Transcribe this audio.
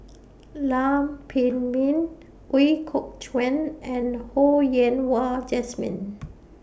Lam Pin Min Ooi Kok Chuen and Ho Yen Wah Jesmine